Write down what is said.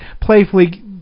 playfully